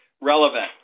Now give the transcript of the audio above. relevant